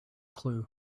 clue